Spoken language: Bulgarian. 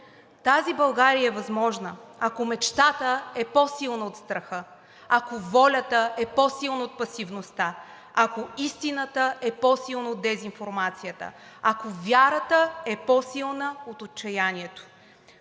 Тази България е възможна, ако мечтата е по-силна от страха, ако волята е по-силна от пасивността, ако истината е по-силна от дезинформацията, ако вярата е по-силна от отчаянието.